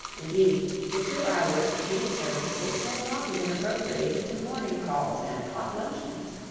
indeed the two hours between services had long been appropriated to morning calls and hot luncheons.